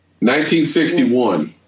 1961